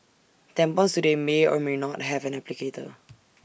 tampons today may or may not have an applicator